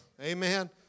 Amen